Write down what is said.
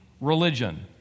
religion